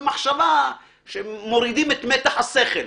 במחשבה שמורידים את מתח השכל.